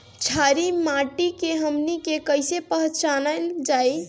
छारी माटी के हमनी के कैसे पहिचनल जाइ?